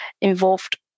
involved